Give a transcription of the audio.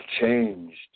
changed